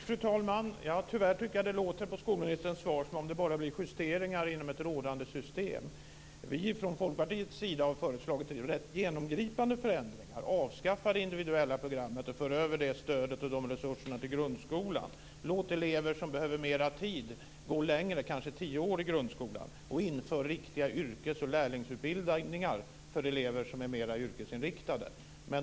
Fru talman! Tyvärr tycker jag att det låter på skolministerns svar som att det bara blir justeringar inom ett rådande system. Vi har från Folkpartiets sida föreslagit rätt genomgripande förändringar. Avskaffa det individuella programmet, och för över det stödet och de resurserna till grundskolan! Låt elever som behöver mer tid gå längre - kanske tio år - i grundskolan! Inför riktiga yrkes och lärlingsutbildningar för elever som är mer yrkesinriktade!